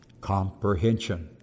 comprehension